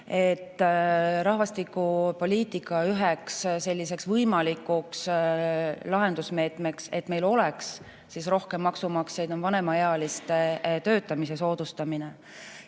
Rahvastikupoliitika üheks võimalikuks lahendusmeetmeks, et meil oleks rohkem maksumaksjaid, on vanemaealiste töötamise soodustamine.